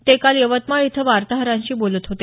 ते काल यवतमाळ इथं वार्ताहरांशी बोलत होते